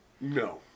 No